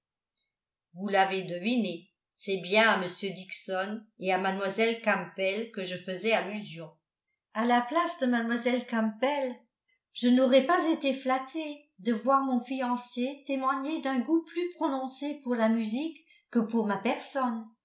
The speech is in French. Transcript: vous l'avez deviné c'est bien à m dixon et à mlle campbell que je faisais allusion à la place de mlle campbell je n'aurais pas été flattée de voir mon fiancé témoigner d'un goût plus prononcé pour la musique que pour ma personne